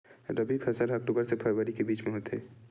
रबी फसल हा अक्टूबर से फ़रवरी के बिच में होथे